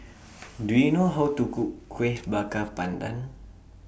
Do YOU know How to Cook Kueh Bakar Pandan